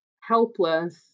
helpless